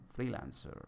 freelancer